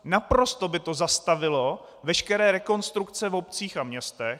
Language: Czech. Naprosto by to zastavilo veškeré rekonstrukce v obcích a městech.